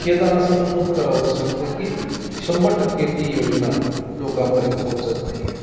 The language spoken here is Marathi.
खेदानं असं नमूद करावंसं वाटतं की शंभर टक्के ती योजना लोकांपर्यंत पोहचत नाही आहे